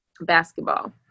Basketball